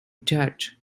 judge